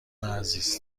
عزیز